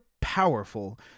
powerful